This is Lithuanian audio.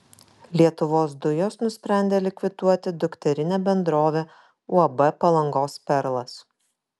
lietuvos dujos nusprendė likviduoti dukterinę bendrovę uab palangos perlas